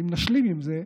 ואם נשלים עם זה,